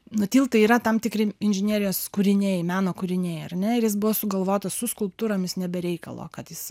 nu tiltai yra tam tikri inžinerijos kūriniai meno kūriniai ar ne ir jis buvo sugalvotas su skulptūromis ne be reikalo kad jis